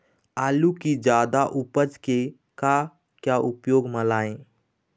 आलू कि जादा उपज के का क्या उपयोग म लाए?